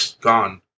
gone